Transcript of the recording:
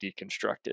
deconstructed